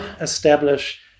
establish